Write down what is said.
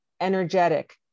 energetic